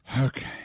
Okay